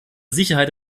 sicherheit